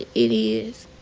it it is